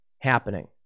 happening